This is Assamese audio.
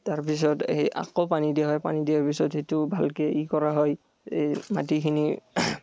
তাৰপিছত এই আকৌ পানী দিয়া হয় পানী দিয়াৰ পিছত সেইটো ভালকৈ ই কৰা হয় এই মাটিখিনি